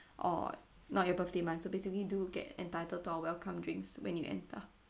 or not your birthday month so basically do get entitled to our welcome drinks when you enter